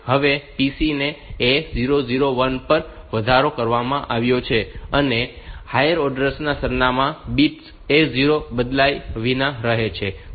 હવે PC ને A001 પર વધારો કરવામાં આવ્યો છે અને હાયર ઓર્ડર ના સરનામાં બિટ્સ A0 બદલાયા વિનાના રહે છે